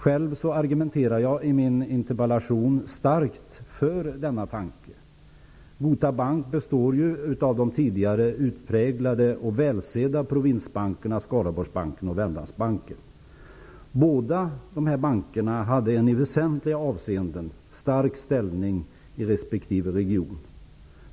Själv argumenterar jag starkt i min interpellation för denna tanke. Gota Bank består av de tidigare utpräglade och välsedda provinsbankerna Skarborgsbanken och Wermlandsbanken. Båda dessa banker hade en i väsentliga avseenden stark ställning i respektive region.